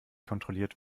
kontrolliert